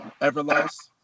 Everlast